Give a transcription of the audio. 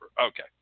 Okay